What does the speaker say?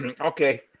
Okay